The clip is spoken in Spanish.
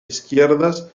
izquierdas